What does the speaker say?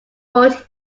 wrought